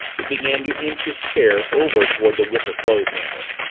he began to inch his chair over toward the wicker clothes hamper.